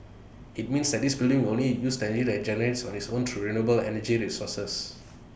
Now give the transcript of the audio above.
IT means that this building will only use the energy that IT generates on its own through renewable energy sources